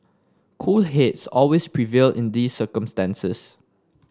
cool heads always prevail in these circumstances